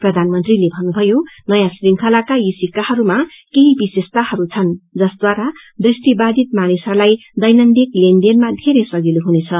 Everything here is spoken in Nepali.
प्रधानमन्त्रीले भन्नुभयो नयाँ श्रृंखलाका यी सिक्काहरूमा केही विशेषताहरू छन् जसद्वारा दृष्टिबाधित मानिसहरूलाई दैनन्दिक लेनदेनमा धेरै सजिलो हुनेछ